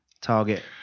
target